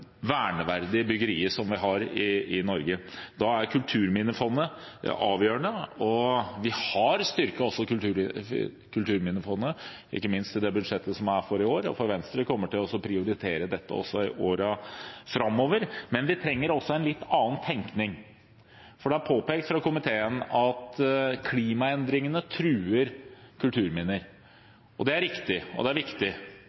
verneverdige byggene som vi har i Norge. I den sammenheng er Kulturminnefondet avgjørende, og vi har styrket også det – ikke minst i årets budsjett – og Venstre kommer til å prioritere dette også i årene framover. Men vi trenger også en litt annen tenkning. Fra komiteen er det påpekt at klimaendringene truer